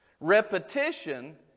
Repetition